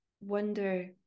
wonder